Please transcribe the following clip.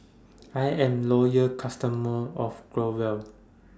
I Am Loyal customer of Growell